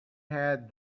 had